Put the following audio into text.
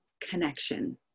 connection